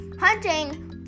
hunting